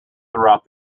throughout